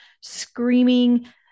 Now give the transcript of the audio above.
screaming